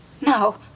No